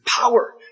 power